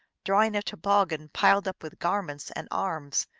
drawing a tdboggin piled up with garments and arms,